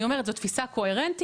אני אומרת זו תפיסה קוהרנטית,